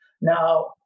Now